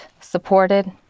supported